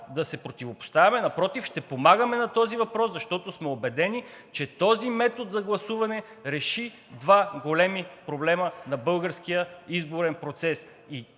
да се противопоставяме – напротив, ще помагаме по този въпрос, защото сме убедени, че този метод за гласуване реши два големи проблема на българския изборен процес.